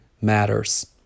matters